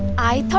i